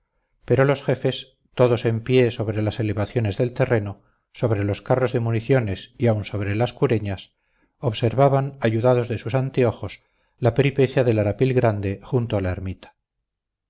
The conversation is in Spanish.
pero los jefes todos en pie sobre las elevaciones del terreno sobre los carros de municiones y aun sobre las cureñas observaban ayudados de sus anteojos la peripecia del arapil grande junto a la ermita